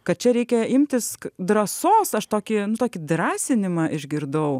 kad čia reikia imtis drąsos aš tokį nu tokį drąsinimą išgirdau